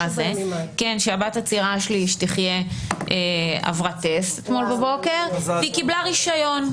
שהבת הצעירה שלי עברה טסט אתמול בבוקר והיא קיבלה רישיון.